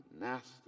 nasty